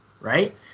right